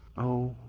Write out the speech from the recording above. oh,